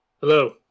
Hello